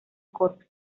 corps